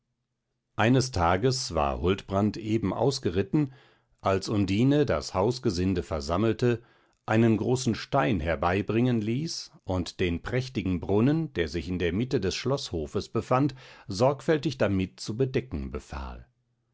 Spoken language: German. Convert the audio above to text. eines tages war huldbrand eben ausgeritten als undine das hausgesinde versammelte einen großen stein herbeibringen hieß und den prächtigen brunnen der sich in der mitte des schloßhofes befand sorgfältig damit zu bedecken befahl